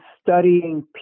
studying